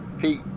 Pete